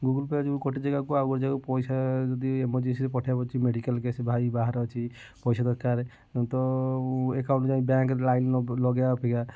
Google Pay ଯେଉଁ ଗୋଟେ ଜାଗାକୁ ଆଉ ଗୋଟେ ଜାଗାକୁ ପଇସା ଯଦି ଏମରଜେନ୍ସିରେ ପଠେଇବାକୁ ଅଛି ମେଡ଼ିକାଲ୍ କେସ୍ରେ ଭାଇ ବାହାରେ ଅଛି ପଇସା ଦରକାର ତ ଏକାଉଣ୍ଟ୍ ଯାଇ ବ୍ୟାଙ୍କ୍ ରେ ଲାଇନ୍ ଲଗେଇବା ଅପେକ୍ଷା